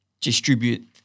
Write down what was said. distribute